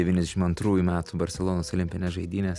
devyniasdešimt antrųjų metų barselonos olimpinės žaidynės